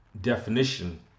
definition